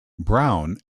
brown